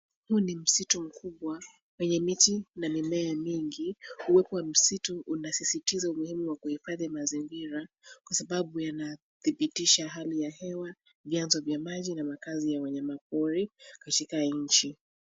Huu ni msitu mkubwa, wenye miti na mimea mingi. Uwepo wa misitu unasisitiza umuhimu wa kuhifadhi mazingira, kwa sababu yanadhibitisha hali ya hewa ,vyanzo vya maji na makazi ya wanyamapori, katika nchi.